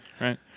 right